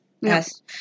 Yes